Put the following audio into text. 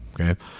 Okay